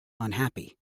unhappy